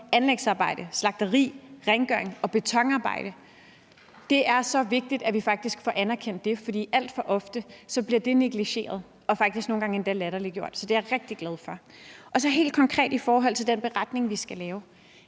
anlægs-, slagteri-, rengørings- og betonarbejde. Det er så vigtigt, at vi faktisk får anerkendt det, for alt for ofte bliver det negligeret og faktisk nogle gange endda latterliggjort. Så det er jeg rigtig glad for. Helt konkret i forhold til den beretning, vi skal lave,